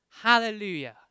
Hallelujah